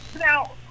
Now